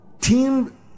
team